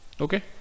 okay